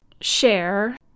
share